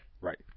Right